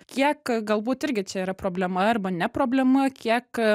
kiek galbūt irgi čia yra problema arba ne problema kiek